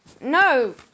No